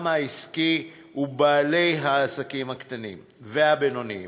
העסקי ובעלי העסקים הקטנים והבינוניים.